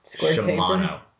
Shimano